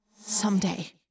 Someday